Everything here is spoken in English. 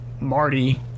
Marty